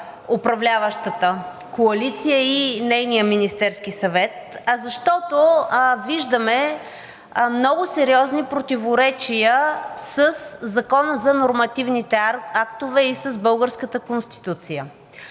управляващата коалиция и нейния Министерски съвет, а защото виждаме много сериозни противоречия със Закона за нормативните актове и с българската Конституция.